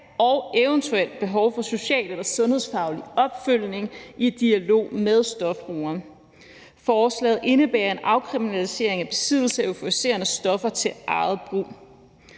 og eventuelle behov for social- eller sundhedsfaglig opfølgning i dialog med stofbrugeren. Forslaget indebærer en afkriminalisering af besiddelse af euforiserende stoffer til eget brug.